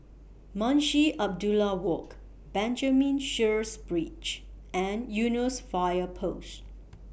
Munshi Abdullah Walk Benjamin Sheares Bridge and Eunos Fire Post